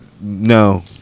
No